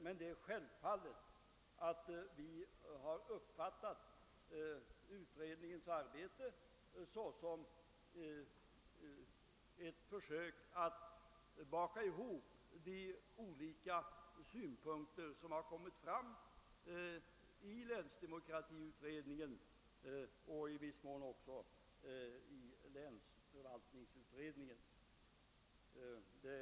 Men det är självklart att vi har uppfattat utredningens arbete såsom ett försök att baka ihop de olika synpunkter som har kommit fram i länsdemokratiutredningens betänkande och i viss mån också i länsförvaltningsutredningens betänkande.